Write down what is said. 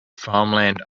farmland